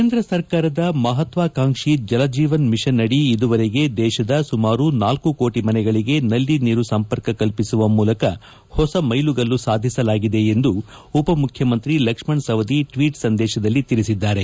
ಕೇಂದ್ರ ಸರ್ಕಾರದ ಮಹ್ವಾಕಾಂಕ್ಷಿ ಜಲಜೀವನ್ ಮಿಷನ್ ಅಡಿ ಇದುವರೆಗೆ ದೇಶದ ಸುಮಾರು ನಾಲ್ಕು ಕೋಟ ಮನೆಗಳಿಗೆ ನಲ್ಲಿ ನೀರು ಸಂಪರ್ಕ ಕಲ್ಪಿಸುವ ಮೂಲಕ ಹೊಸ ಮೈಲಿಗಲ್ಲು ಸಾಧಿಸಲಾಗಿದೆ ಎಂದು ಉಪಮುಖ್ಯಮಂತ್ರಿ ಲಕ್ಷ್ಮಣ ಸವದಿ ಟ್ವೀಟ್ ಸಂದೇಶದಲ್ಲಿ ತಿಳಿಸಿದ್ದಾರೆ